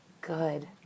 good